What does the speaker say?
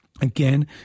Again